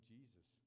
Jesus